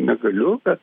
negaliu bet